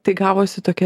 tai gavosi tokia